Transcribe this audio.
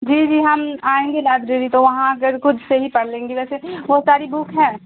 جی جی ہم آئیں گے لائیبریری تو وہاں آکر خود سے ہی پڑھ لیں گے ویسے وہ ساری بک ہے